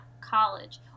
college